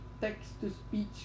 text-to-speech